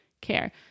care